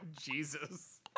Jesus